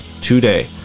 today